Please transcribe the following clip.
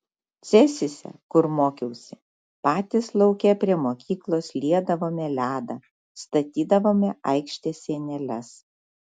cėsyse kur mokiausi patys lauke prie mokyklos liedavome ledą statydavome aikštės sieneles